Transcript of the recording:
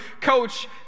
Coach